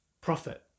profit